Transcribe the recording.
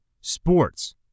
sports